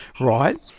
right